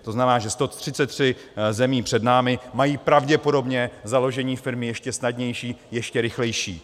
To znamená, že 133 zemí před námi má pravděpodobně založení firmy ještě snadnější, ještě rychlejší.